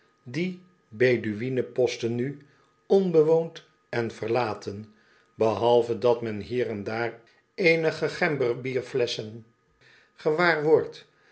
die beduïnen posten nu onbewoond en verlaten behalve dat mer hier en daar eenige gemberbier flesschen